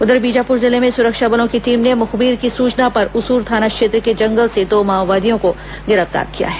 उधर बीजापुर जिले में सुरक्षा बलों की टीम ने मुखबिर की सूचना पर उसूर थाना क्षेत्र के जंगल से दो माओवादियों को गिरफ्तार किया है